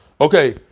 Okay